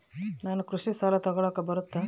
ನಾನು ಕೃಷಿ ಸಾಲ ತಗಳಕ ಬರುತ್ತಾ?